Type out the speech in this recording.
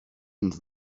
and